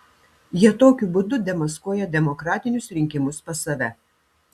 jie tokiu būdu demaskuoja demokratinius rinkimus pas save